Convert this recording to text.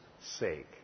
sake